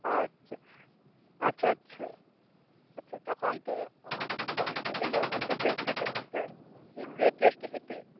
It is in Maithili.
अच्छा अच्छा अच्छा अच्छा तखन तऽ अहाँ लग तऽ अयलहुँ हँ तखन तऽ जरुरे टेस्ट होयतै